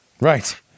Right